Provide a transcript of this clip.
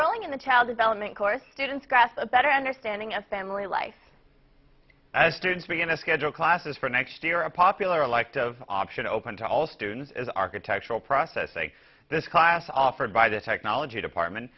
enrolling in the child development course students grasp a better understanding of family life as students begin to schedule classes for next year a popular liked of options open to all students as architectural process like this class offered by the technology department